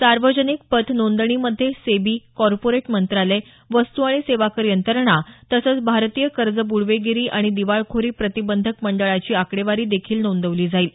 सार्वजनिक पत नोंदणीमध्ये सेबी कॉर्पोरेट मंत्रालय वस्तू आणि सेवा कर यंत्रणा तसंच भारतीय कर्ज ब्डवेगिरी आणि दिवाळखोरी प्रतिबंधक मंडळाची आकडेवारी देखील नोंदवली जाईल